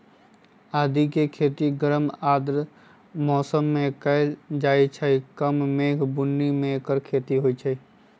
आदिके खेती गरम आर्द्र मौसम में कएल जाइ छइ कम मेघ बून्नी में ऐकर खेती होई छै